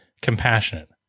compassionate